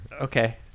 Okay